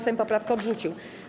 Sejm poprawkę odrzucił.